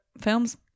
films